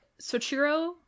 Sochiro